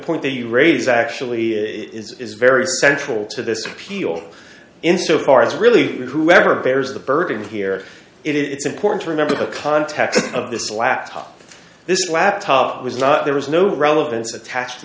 point that you raise actually is very central to this appeal in so far as really whoever bears the burden here it's important to remember the context of this laptop this laptop was not there was no relevance attached to